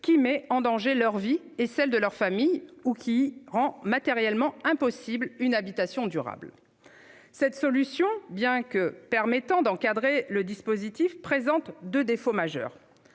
qui met en danger leur vie ou celle de leur famille ou qui y rend matériellement impossible une habitation durable ». Cette solution, bien qu'elle permette d'encadrer le dispositif, présente deux défauts majeurs.